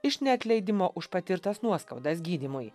iš neatleidimo už patirtas nuoskaudas gydymui